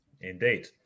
indeed